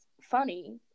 funny